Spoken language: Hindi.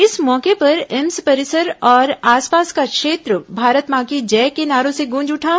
इस मौके पर एम्स परिसर और आसपास का क्षेत्र भारत मां की जय के नारों से गूंज उठा